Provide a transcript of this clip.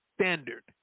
standard